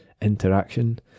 interaction